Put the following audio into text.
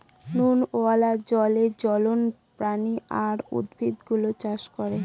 নুনওয়ালা জলে জলজ প্রাণী আর উদ্ভিদ গুলো চাষ করে